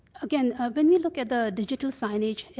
again, ah when you look at the digital signage,